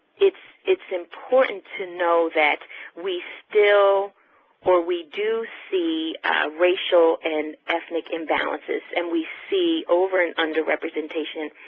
it's it's important to know that we still or we do see racial and ethnic imbalances, and we see over and under-representation.